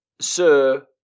Sir